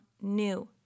new